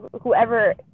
whoever